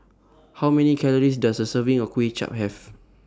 How Many Calories Does A Serving of Kway Chap Have